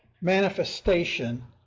manifestation